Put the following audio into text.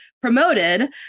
promoted